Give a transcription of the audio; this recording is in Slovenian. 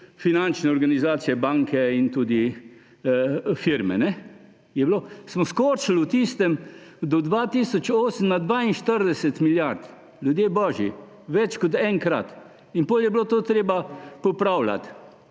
finančne organizacije, banke in tudi firme. Smo skočil do leta 2008 na 42 milijard. Ljudje božji, več kot enkrat. In potem je bilo to treba popravljati.